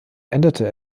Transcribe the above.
endete